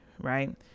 Right